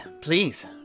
please